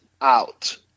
out